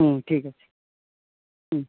হুম ঠিক আছে হুম